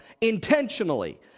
intentionally